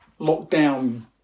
lockdown